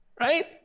right